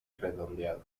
redondeado